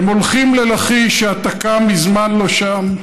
הם הולכים ללכיש, שהתק"ם מזמן לא שם,